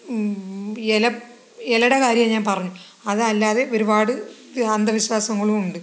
ഇല ഇലയുടെ കാര്യമാണ് ഞാൻ പറഞ്ഞത് അതല്ലാതെ ഒരുപാട് അന്തവിശ്വാസങ്ങളും ഉണ്ട്